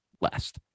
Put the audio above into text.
last